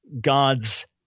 God's